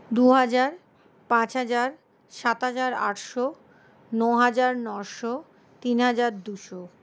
দু হাজার পাঁচ হাজার সাত হাজার আটশো ন হাজার নশো তিন হাজার দুশো